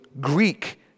Greek